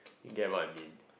get what I mean